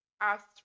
asked